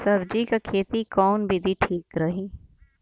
सब्जी क खेती कऊन विधि ठीक रही?